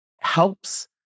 helps